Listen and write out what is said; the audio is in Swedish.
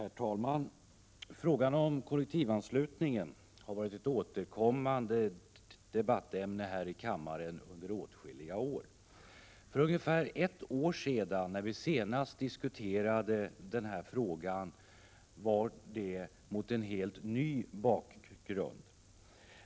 Herr talman! Frågan om kollektivanslutningen har varit ett återkommande debattämne här i kammaren under åtskilliga år. För ungefär ett år sedan, när vi senast diskuterade denna fråga, skedde det mot en helt ny bakgrund.